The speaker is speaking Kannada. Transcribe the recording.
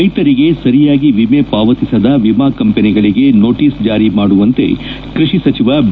ರೈತರಿಗೆ ಸರಿಯಾಗಿ ವಿಮೆ ಪಾವತಿಸದ ವಿಮಾ ಕಂಪನಿಗಳಿಗೆ ನೊಟೀಸ್ ಜಾರಿ ಮಾಡುವಂತೆ ಕೈಷಿ ಸಚಿವ ಬಿ